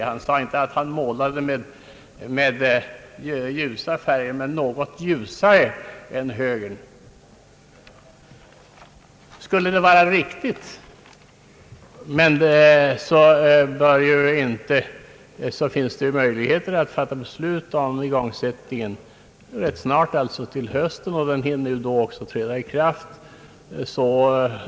Han sade inte att han målade med ljusa färger men i alla fall något ljusare än högern. Skulle hans slutsats vara riktig, finns det ju möjlighet att fatta beslut om igångsättningen rätt snart, alltså till hösten. Den hinner då träda i kraft 1 januari.